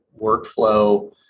workflow